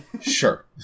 Sure